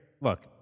Look